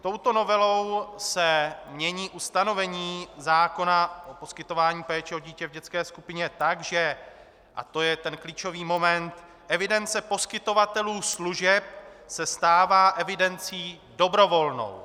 Touto novelou se mění ustanovení zákona o poskytování péče o dítě v dětské skupině tak, že a to je ten klíčový moment evidence poskytovatelů služeb se stává evidencí dobrovolnou.